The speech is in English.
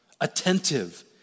attentive